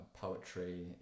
poetry